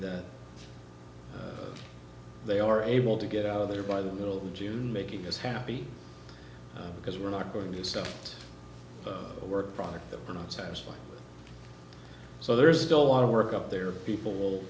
that they are able to get out of there by the middle of june making us happy because we're not going to stuff the work product that we're not satisfied so there is still a lot of work up there people